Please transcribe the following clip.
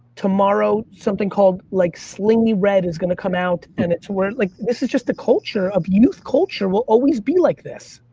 tomorrow, something called like slinky red is gonna come out, and it's where, like this is just a culture, youth culture will always be like this.